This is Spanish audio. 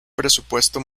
presupuesto